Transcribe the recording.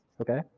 Okay